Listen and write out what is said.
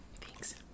Thanks